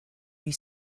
you